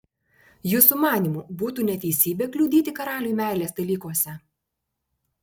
jūsų manymu būtų neteisybė kliudyti karaliui meilės dalykuose